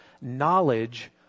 knowledge